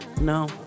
No